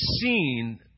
seen